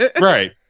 Right